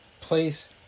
place